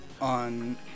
on